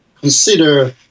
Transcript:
consider